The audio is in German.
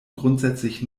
grundsätzlich